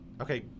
Okay